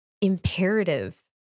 imperative